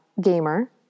gamer